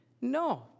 no